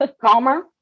Calmer